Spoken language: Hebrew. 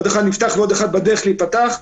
ועוד אחד בדרך להיפתח,